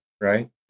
right